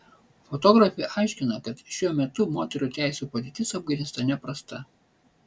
fotografė aiškina kad šiuo metu moterų teisių padėtis afganistane prasta